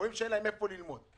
ואין להם איפה ללמוד.